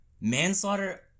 manslaughter